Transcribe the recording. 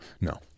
No